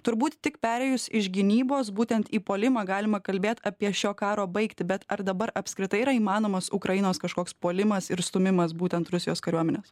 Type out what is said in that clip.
turbūt tik perėjus iš gynybos būtent į puolimą galima kalbėt apie šio karo baigtį bet ar dabar apskritai yra įmanomas ukrainos kažkoks puolimas ir stūmimas būtent rusijos kariuomenės